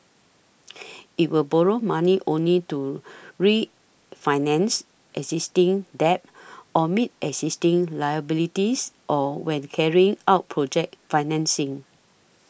it will borrow money only to refinance existing debt or meet existing liabilities or when carrying out project financing